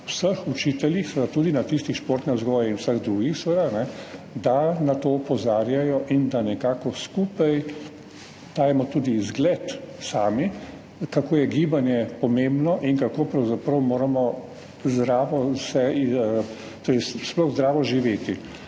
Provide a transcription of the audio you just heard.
vseh učiteljih, tudi na tistih športne vzgoje in vseh drugih, da na to opozarjajo, in da nekako skupaj dajemo tudi zgled sami, kako je gibanje pomembno in kako pravzaprav moramo sploh zdravo živeti.